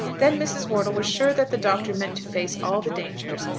then mrs. wortle was sure that the doctor meant to face all the dangers,